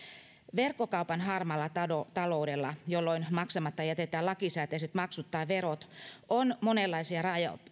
verkkokaupan harmaalla taloudella taloudella jolloin maksamatta jätetään lakisääteiset maksut tai verot on monenlaisia